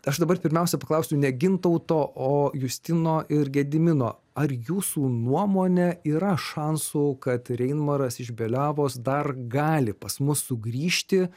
aš dabar pirmiausia paklausiu ne gintauto o justino ir gedimino ar jūsų nuomone yra šansų kad ir reinmaras iš beliavos dar gali pas mus sugrįžti